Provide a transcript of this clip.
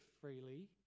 freely